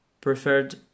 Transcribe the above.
preferred